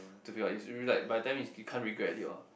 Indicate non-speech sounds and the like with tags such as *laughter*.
*noise* by the time is you can't regret already what